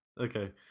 Okay